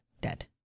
Dead